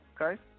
okay